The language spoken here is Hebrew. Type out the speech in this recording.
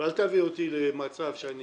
ואל תביא אותי למצב שאני